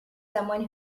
someone